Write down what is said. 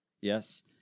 Yes